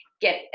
get